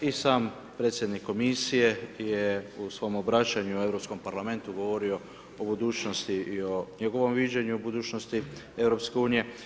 I sam predsjednik Komisije je u svom obraćanju u Europskom parlamentu govorio o budućnosti i o njegovom viđenju budućnosti EU.